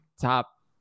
top